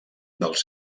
dels